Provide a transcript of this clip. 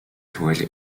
twelve